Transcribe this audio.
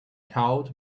towed